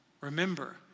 Remember